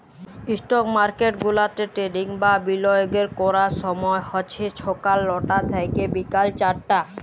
stock market গুলাতে trading বা বিলিয়গের ক্যরার ছময় হছে ছকাল লটা থ্যাইকে বিকাল চারটা